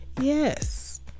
Yes